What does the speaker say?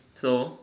so